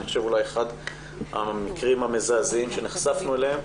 אני חושב אולי אחד המקרים המזעזעים שנחשפנו אליהם,